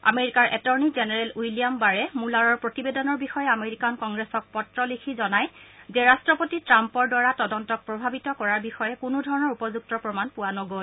আমেৰিকাৰ attorney general William Barr মুলাৰৰ প্ৰতিবেদনৰ বিষয়ে আমেৰিকান কংগ্ৰেছক পত্ৰ লিখি জনাই যে ৰাট্টপতি ট্ৰাম্পৰ দ্বাৰা তদন্তক প্ৰভাৱিত কৰাৰ বিষয়ে কোনো ধৰণৰ উপযুক্ত প্ৰমাণ পোৱা নগল